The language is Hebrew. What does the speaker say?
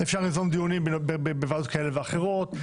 אפשר לעשות דיונים בוועדות כאלה ואחרות,